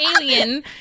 alien